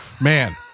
man